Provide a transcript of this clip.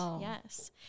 yes